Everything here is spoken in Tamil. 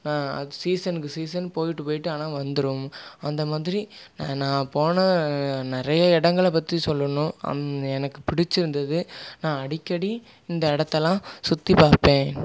சீசனுக்கு சீசன் போய்ட்டு போய்ட்டு ஆனால் வந்துடும் அந்த மாதிரி நான் போன நிறையா இடங்கள பற்றி சொல்லணும் எனக்கு பிடிச்சிருந்தது நான் அடிக்கடி இந்த இடத்தலாம் சுற்றி பார்ப்பேன்